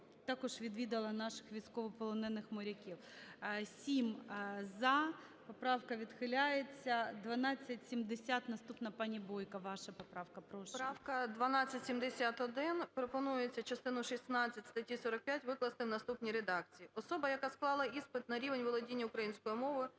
також відвідала наших військовополонених-моряків. 11:35:54 За-7 Поправка відхиляється. 1270 наступна. Пані Бойко, ваша поправка. Прошу. 11:36:09 БОЙКО О.П. Поправка 1271. Пропонується частину 16 статті 45 викласти в наступній редакції: "Особа, яка склала іспит на рівень володіння українською мовою,